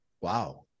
Wow